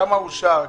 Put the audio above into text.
כמה אושר?